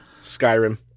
Skyrim